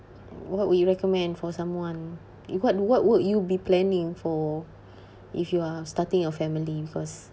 what would you recommend for someone what what would you be planning for if you are starting a family first